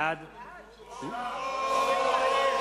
בעד אוהו,